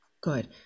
Good